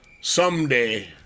someday